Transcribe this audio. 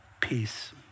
peace